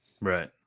right